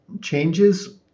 changes